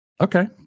Okay